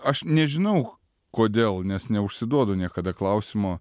aš nežinau kodėl nes neužsiduodu niekada klausimo